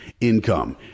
income